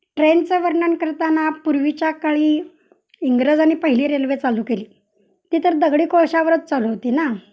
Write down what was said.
ट्रेनचं वर्णन करताना पूर्वीच्या काळी इंग्रजांनी पहिली रेल्वे चालू केली ती तर दगडी कोळशावरच चालू होती ना